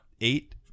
Eight